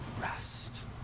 rest